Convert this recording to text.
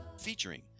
featuring